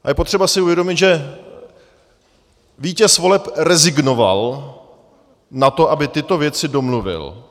A je potřeba si uvědomit, že vítěz voleb rezignoval na to, aby tyto věci domluvil.